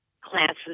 Classes